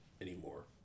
anymore